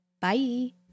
Bye